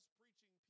preaching